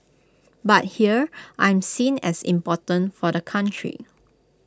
but here I'm seen as important for the country